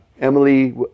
Emily